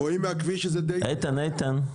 רואים מהכביש שזה די --- איתן, איתן.